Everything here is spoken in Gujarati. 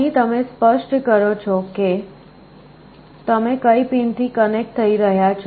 અહીં તમે સ્પષ્ટ કરો કે તમે કઈ પિનથી કનેક્ટ થઈ રહ્યાં છો